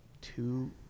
two –